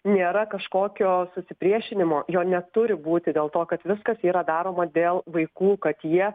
nėra kažkokio susipriešinimo jo neturi būti dėl to kad viskas yra daroma dėl vaikų kad jie